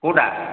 କେଉଁଟା